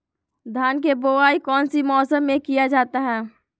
धान के बोआई कौन सी मौसम में किया जाता है?